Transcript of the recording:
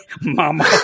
Mama